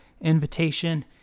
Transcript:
invitation